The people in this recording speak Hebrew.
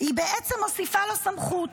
היא בעצם מוסיפה לו סמכות.